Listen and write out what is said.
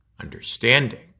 understanding